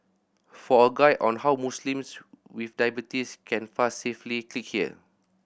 for a guide on how Muslims with diabetes can fast safely click here